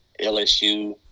LSU